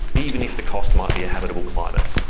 even if the cost might be a habitable climate.